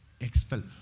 Expel